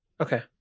Okay